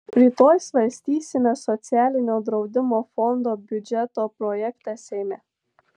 rytoj svarstysime socialinio draudimo fondo biudžeto projektą seime